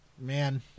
man